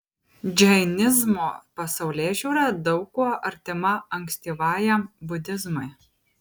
džainizmo pasaulėžiūra daug kuo artima ankstyvajam budizmui